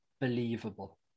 believable